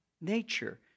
nature